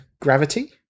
gravity